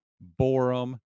Borum